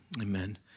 Amen